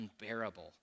unbearable